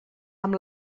amb